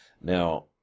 Now